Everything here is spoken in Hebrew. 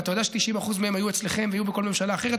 הרי אתה יודע ש-90% מהם היו אצלכם והיו בכל ממשלה אחרת,